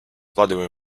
vladimir